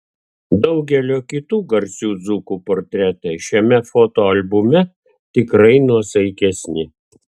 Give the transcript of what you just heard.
daugelio kitų garsių dzūkų portretai šiame fotoalbume tikrai nuosaikesni